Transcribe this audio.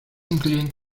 incluyen